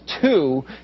two